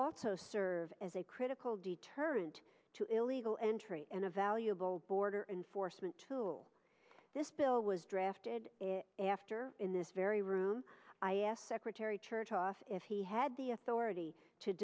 also serve as a critical deterrent to illegal entry and a valuable border enforcement tool this bill was drafted after in this very room i asked secretary chertoff if he had the authority to